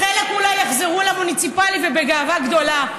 וחלק אולי יחזרו למוניציפלי, ובגאווה גדולה.